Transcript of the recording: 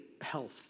health